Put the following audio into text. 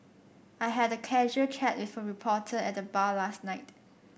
I had a casual chat with a reporter at the bar last night